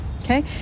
Okay